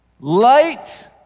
light